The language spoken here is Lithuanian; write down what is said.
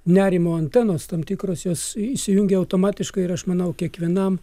nerimo antenos tam tikros jos įsijungia automatiškai ir aš manau kiekvienam